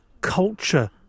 culture